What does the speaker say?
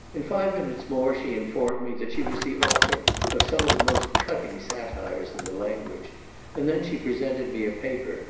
in five minutes more she informed me that she was the author of some of the most cutting satires in the language and then she presented me a paper,